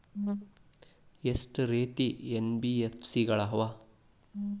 ಎಷ್ಟ ರೇತಿ ಎನ್.ಬಿ.ಎಫ್.ಸಿ ಗಳ ಅವ?